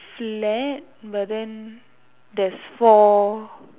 flat but then there's four